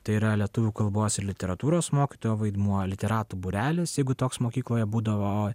tai yra lietuvių kalbos ir literatūros mokytojo vaidmuo literatų būrelis jeigu toks mokykloje būdavo